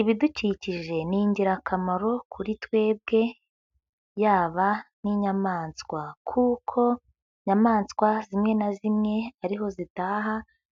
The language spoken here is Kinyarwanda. Ibidukikije ni ingirakamaro kuri twebwe, yaba n'inyamaswa kuko inyamaswa zimwe na zimwe ariho zitaha,